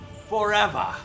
Forever